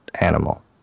animal